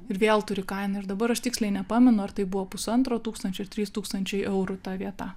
ir vėl turi kainą ir dabar aš tiksliai nepamenu ar tai buvo pusantro tūkstančio ar trys tūkstančiai eurų ta vieta